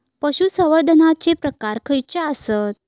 पशुसंवर्धनाचे प्रकार खयचे आसत?